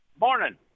morning